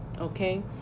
okay